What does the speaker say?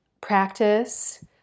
practice